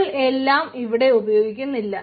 നമ്മൾ എല്ലാം ഇവിടെ ഉപയോഗിക്കുന്നില്ല